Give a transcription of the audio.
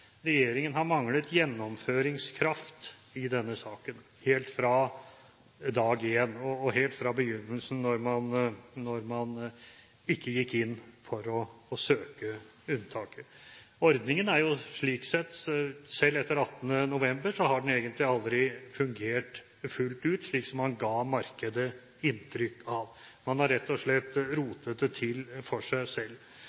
regjeringen har manglet gjennomføringskraft i denne saken helt fra dag én, helt fra begynnelsen da man ikke gikk inn for å søke om unntak. Ordningen har slik sett, selv etter 18. november, aldri fungert fullt ut, slik som man ga markedet inntrykk av. Man har rett og slett